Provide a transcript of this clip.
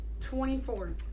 24